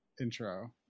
intro